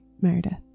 Meredith